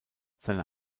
seine